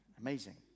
Amazing